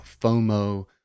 FOMO